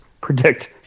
predict